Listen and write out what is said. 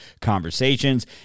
conversations